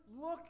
Look